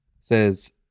Says